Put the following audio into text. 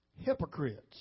Hypocrites